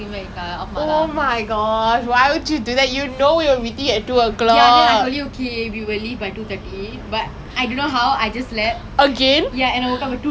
same literally leh like I I don't even know how I came out today I was like sleeping eh okay honestly I'm just gonna tell you